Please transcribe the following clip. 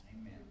Amen